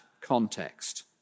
context